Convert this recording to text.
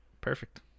Perfect